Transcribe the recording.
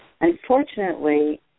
Unfortunately